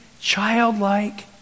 childlike